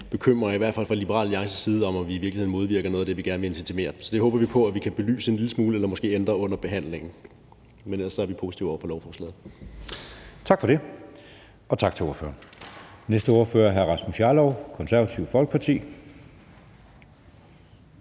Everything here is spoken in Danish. bekymringer – i hvert fald fra Liberal Alliances side – om, at vi i virkeligheden modvirker noget af det, vi gerne vil intensivere. Så det håber vi på at vi kan få belyst en lille smule eller måske ændret under behandlingen – men ellers er vi positive over for lovforslaget. Kl. 12:32 Anden næstformand (Jeppe Søe): Tak for det, tak til ordføreren. Næste ordfører er hr. Rasmus Jarlov, Det Konservative Folkeparti.